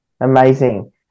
Amazing